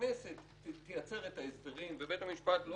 שהכנסת תייצר את ההסדרים ובית המשפט לא